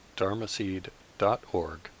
dharmaseed.org